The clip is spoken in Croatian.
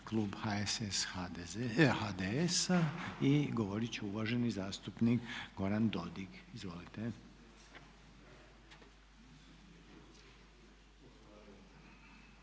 klub HSS, HDS-a i govoriti će uvaženi zastupnik Goran Dodig. Izvolite.